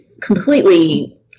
completely